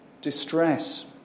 distress